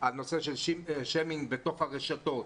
בנושא של שיימינג ברשתות.